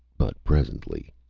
but presently.